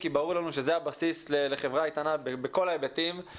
כי ברור לנו שזה הבסיס לחברה איתנה בכל ההיבטים.